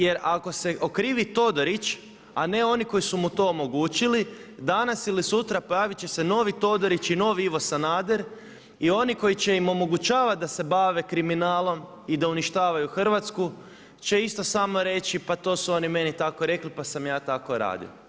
Jer ako se okrivi Todorić, a ne oni koji su mu to omogućili, danas ili sutra pojaviti će se novi Todorić i novi Ivo Sanader i oni koji će im omogućavati da se bave kriminalom i da uništavaju Hrvatsku, će isto samo reći, pa to su oni meni tako rekli, pa sam ja tako radio.